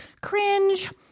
Cringe